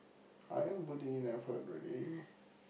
I am putting in effort already